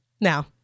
Now